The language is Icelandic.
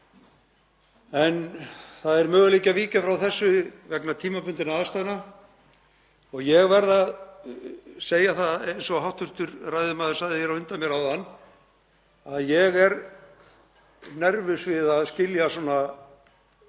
Það er möguleiki að víkja frá þessu vegna tímabundinna aðstæðna. Ég verð að segja eins og hv. ræðumaður sagði hér á undan mér áðan að ég er nervus við að skilja svona